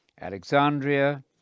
Alexandria